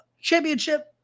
Championship